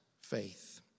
faith